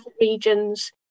regions